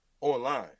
online